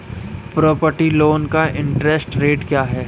Property loan का interest rate क्या है?